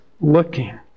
looking